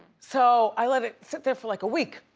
so, i let it sit there for like a week.